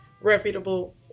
reputable